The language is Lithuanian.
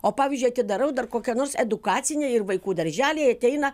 o pavyzdžiui atidarau dar kokią nors edukacinę ir vaikų darželiai ateina